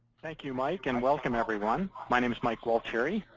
thank you, mike. and welcome, everyone. my name is mike gualtieri,